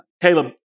Caleb